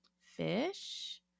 Fish